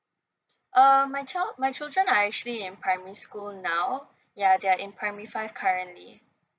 uh my child my children are actually in primary school now ya they are in primary five currently